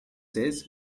says